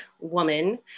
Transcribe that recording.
woman